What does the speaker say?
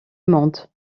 monde